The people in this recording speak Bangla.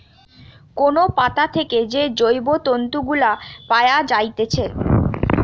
কোন পাতা থেকে যে জৈব তন্তু গুলা পায়া যাইতেছে